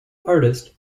artist